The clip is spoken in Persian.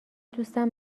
دوستم